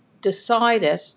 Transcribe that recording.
decided